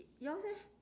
yours eh